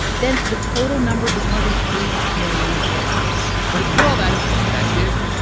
then the total number is more than eight million workers or to put all that in perspective,